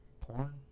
Porn